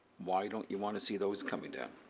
why don't you want to see those coming down?